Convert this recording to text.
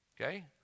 Okay